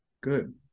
good